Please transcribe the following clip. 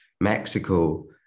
Mexico